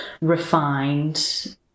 refined